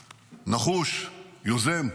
נחוש, יוזם,